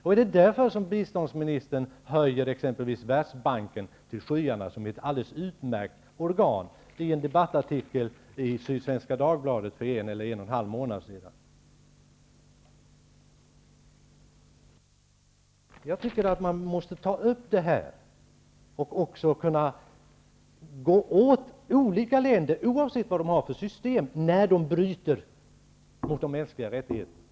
Är det därför biståndsministern i en debattartikel i Sydsvenska Dagbladet för en eller en och en halv månad sedan höjde Världsbanken till skyarna som ett alldeles utmärkt organ? Man måste ta upp dessa frågor och kunna ställa olika länder, oavsett vad de har för system, till svars när de bryter mot de mänskliga rättigheterna.